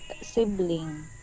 sibling